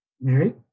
Mary